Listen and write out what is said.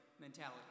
mentality